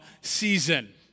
season